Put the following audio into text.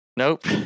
Nope